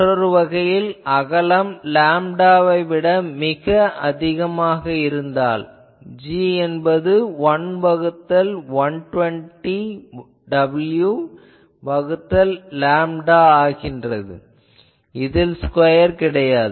மற்றொரு வகையில் அகலம் லேம்டாவை விட மிக அதிகமாக இருந்தால் G என்பது 1 வகுத்தல் 120 w வகுத்தல் லேம்டா ஆகும் இதில் ஸ்கொயர் கிடையாது